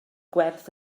gwerth